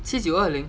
七九二零